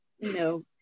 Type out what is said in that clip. no